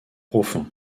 profond